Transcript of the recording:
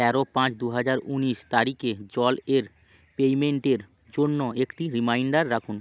তেরো পাঁচ দু হাজার উনিশ তারিখে জল এর পেমেন্টের জন্য একটি রিমাইন্ডার রাখুন